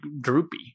droopy